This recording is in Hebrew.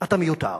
אתה מיותר.